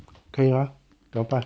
可以吗 gao ba